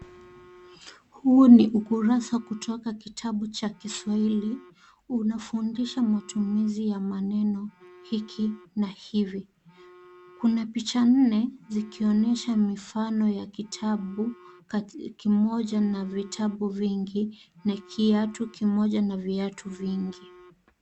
Huu ni ukurasa kutoka kitabu cha kiswahili unafundisha matumizi ya maneno hiki na hivi, kuna picha nne zikionyesha mifano ya kitabu kimoja na vitabu vingi na kiatu kimoja viatu vingi.